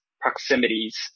proximities